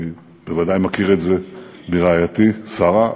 ואני ודאי מכיר את זה מרעייתי שרה,